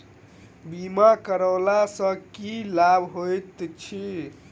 बीमा करैला सअ की लाभ होइत छी?